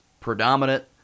predominant